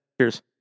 Cheers